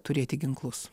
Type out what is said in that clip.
turėti ginklus